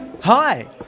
Hi